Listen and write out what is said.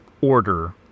order